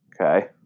Okay